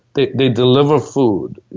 they they deliver food.